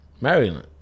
Maryland